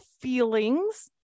feelings